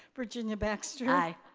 virginia baxter. i.